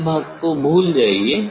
इस भाग को भूल जाइए